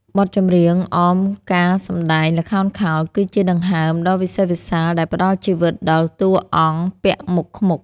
បទចម្រៀងអមការសម្ដែងល្ខោនខោល គឺជាដង្ហើមដ៏វិសេសវិសាលដែលផ្ដល់ជីវិតដល់តួអង្គពាក់មុខខ្មុក។